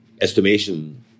estimation